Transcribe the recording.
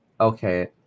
Okay